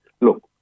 look